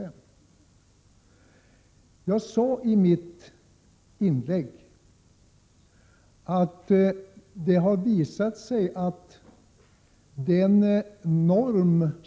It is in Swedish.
I ett tidigare inlägg pekade jag på att den norm om ca 14 m?